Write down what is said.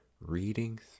reading